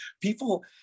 people